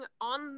on